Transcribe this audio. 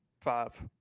five